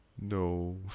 no